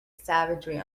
savagery